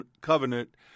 covenant